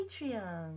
Patreon